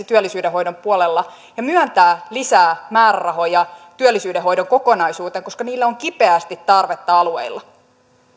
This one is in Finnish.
työllisyyden hoidon puolella ja myöntää lisää määrärahoja työllisyyden hoidon kokonaisuuteen koska niille on kipeästi tarvetta alueilla